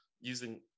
using